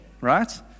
Right